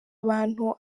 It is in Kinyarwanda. abantu